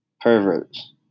Perverts